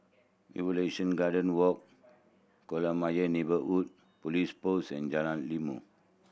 Evolution Garden Walk Kolam Ayer Neighbourhood Police Post and Jalan Ilmu